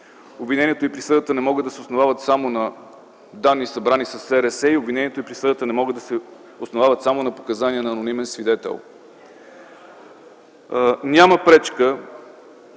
Обвинението и присъдата не могат да се основават само на данни, събрани със СРС. Обвинението и присъдата не могат да се основават само на показания на анонимен свидетел. Няма пречка